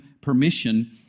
permission